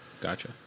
Gotcha